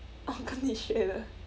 我跟你学的